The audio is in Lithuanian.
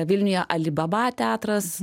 vilniuje ali baba teatras